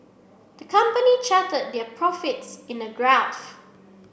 the company charted their profits in a graph